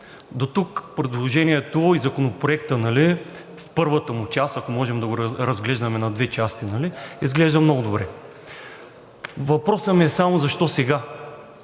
Дотук предложението и Законопроектът в първата му част, ако можем да го разглеждаме на две части, изглежда много добре. Въпросът ми е само: защо сега?